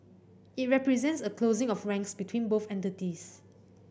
it represents a closing of ranks between both entities